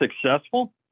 successful